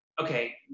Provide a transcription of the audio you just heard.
okay